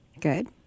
Good